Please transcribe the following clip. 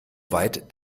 weit